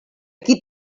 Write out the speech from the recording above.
qui